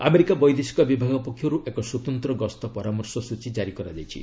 America ବୈଦେଶିକ ବିଭାଗ ପକ୍ଷରୁ ଏକ ସ୍ୱତନ୍ତ ଗସ୍ତ ପରାମର୍ଶ ସ୍ଚୀ କାରି କରାଯାଇଛି